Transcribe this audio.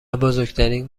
بزرگترین